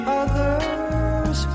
others